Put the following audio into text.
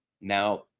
Now